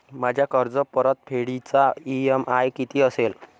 माझ्या कर्जपरतफेडीचा इ.एम.आय किती असेल?